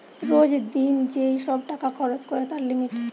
রোজ দিন যেই সব টাকা খরচ করে তার লিমিট